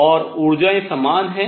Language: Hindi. और ऊर्जाएं समान हैं